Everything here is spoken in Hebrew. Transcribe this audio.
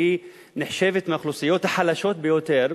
שנחשבת לאחת מהאוכלוסיות החלשות ביותר,